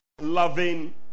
Loving